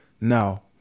No